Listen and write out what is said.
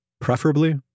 preferably